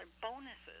bonuses